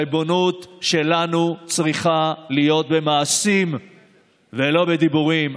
הריבונות שלנו צריכה להיות במעשים ולא בדיבורים.